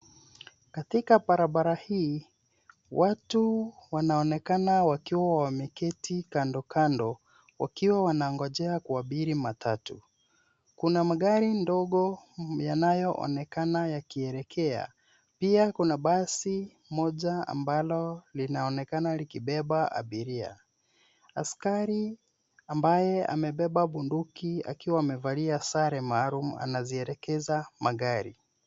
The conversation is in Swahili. Katika barabara hii, watu wanaonekana wakiwa wameketi kando kando wakiwa wanangojea kuabiri matatu. Kuna magari ndogo yanayoonekana yakielekea. Pia kuna basi moja ambalo linaonekana likibeba abiria. Askari ambaye amebeba bunduki akiwa amevalia sare maalumu anazielekeza magari.